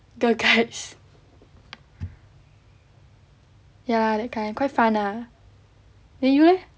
girl guides ya that kind quite fun ah then you leh